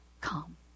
come